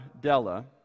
Della